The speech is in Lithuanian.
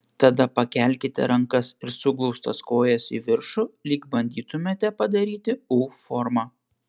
tada pakelkite rankas ir suglaustas kojas į viršų lyg bandytumėte padaryti u formą